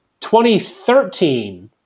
2013